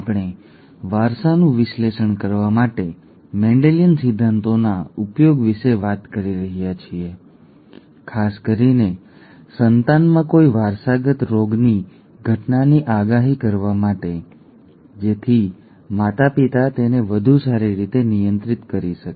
અમે વારસાનું વિશ્લેષણ કરવા માટે મેન્ડેલિયન સિદ્ધાંતોના ઉપયોગ વિશે વાત કરી રહ્યા છીએ ખાસ કરીને સંતાનમાં કોઈ વારસાગત રોગની ઘટનાની આગાહી કરવા માટે જેથી માતાપિતા તેને વધુ સારી રીતે નિયંત્રિત કરી શકે